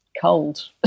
cold